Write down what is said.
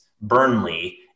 Burnley